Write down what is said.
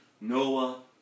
Noah